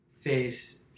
face